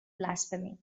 blasphemy